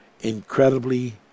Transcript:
incredibly